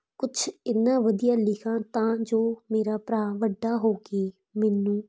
ਕੁਛ ਇੰਨਾ ਵਧੀਆ ਲਿਖਾਂ ਤਾਂ ਜੋ ਮੇਰਾ ਭਰਾ ਵੱਡਾ ਹੋ ਕੇ ਮੈਨੂੰ